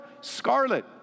Scarlet